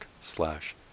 slash